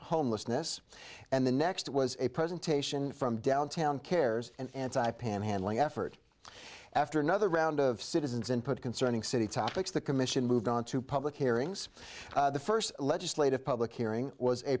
homelessness and the next was a presentation from downtown cares and panhandling effort after another round of citizens and put concerning city topics the commission moved on to public hearings the first legislative public hearing was a